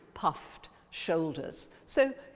puffed shoulders. so,